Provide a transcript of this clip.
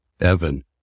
Evan